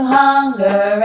hunger